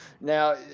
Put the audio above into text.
Now